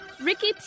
Ricky